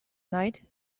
night